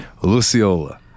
Luciola